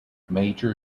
major